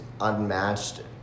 unmatched